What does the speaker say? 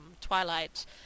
Twilight